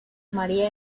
maría